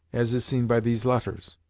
as is seen by these letters.